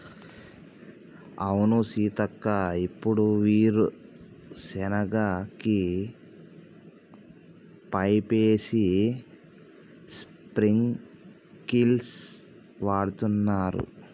అవును సీతక్క ఇప్పుడు వీరు సెనగ కి పైపేసి స్ప్రింకిల్స్ వాడుతున్నారు